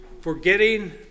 forgetting